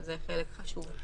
כשזה חלק חשוב.